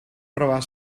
provar